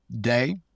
day